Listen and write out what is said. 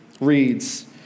reads